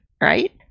right